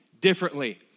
differently